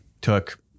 took